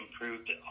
improved